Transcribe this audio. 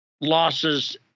losses